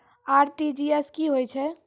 RTGS की होय छै?